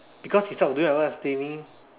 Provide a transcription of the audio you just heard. because instead of doing my work I was gaming